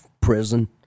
Prison